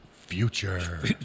future